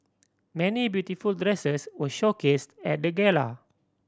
many beautiful dresses were showcased at the gala